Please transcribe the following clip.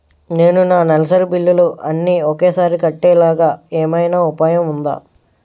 నేను నా నెలసరి బిల్లులు అన్ని ఒకేసారి కట్టేలాగా ఏమైనా ఉపాయం ఉందా?